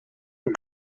and